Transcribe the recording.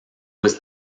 was